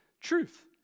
truth